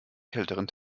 kälteren